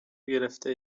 گرفته